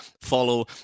follow